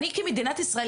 עוד לא אמרתי שזה הולך לשם,